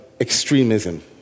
extremism